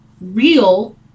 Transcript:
real